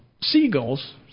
seagulls